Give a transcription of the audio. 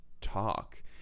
talk